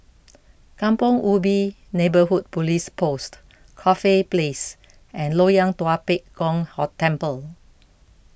Kampong Ubi Neighbourhood Police Post Corfe Place and Loyang Tua Pek Kong Hong Temple